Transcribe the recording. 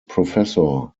professor